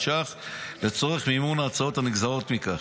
ש"ח לצורך מימון ההוצאות הנגזרות מכך.